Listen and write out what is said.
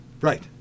right